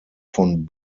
von